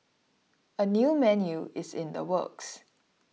a new menu is in the works